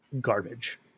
Garbage